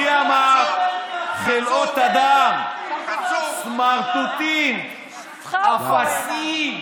מי אמר חלאות אדם, אתה חצוף, סמרטוטים, אפסים?